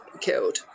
killed